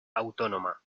autónoma